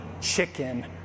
Chicken